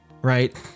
right